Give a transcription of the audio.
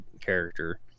character